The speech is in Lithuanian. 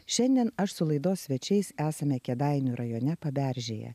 šiandien aš su laidos svečiais esame kėdainių rajone paberžėje